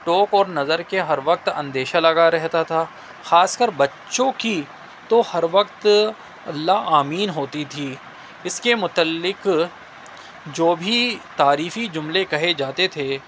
ٹوک اور نظر کے ہر وقت اندیشہ لگا رہتا تھا خاص کر بچوں کی تو ہر وقت اللہ آمین ہوتی تھی اس کے متعلق جو بھی تعریفی جملے کہے جاتے تھے